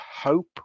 hope